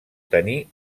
tenir